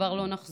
כבר לא נחזור.